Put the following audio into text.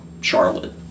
Charlotte